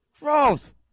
Rose